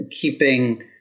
keeping